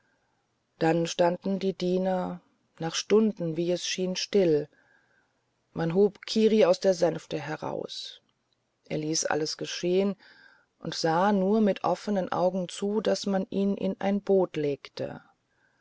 dann standen die diener nach stunden schien es ihm still man hob kiri aus der sänfte heraus er ließ alles geschehen und sah nur mit offenen augen zu daß man ihn in ein boot legte